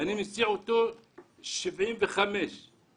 אני מסיע אותם 75 קילומטר,